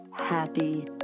happy